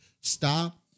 Stop